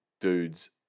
dude's